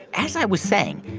as i was saying,